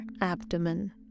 abdomen